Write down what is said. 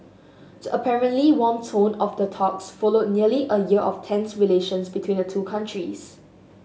the apparently warm tone of their talks followed nearly a year of tense relations between the two countries